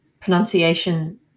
pronunciation